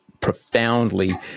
profoundly